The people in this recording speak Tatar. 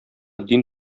дин